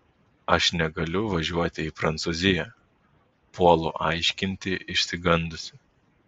aš negaliu važiuoti į prancūziją puolu aiškinti išsigandusi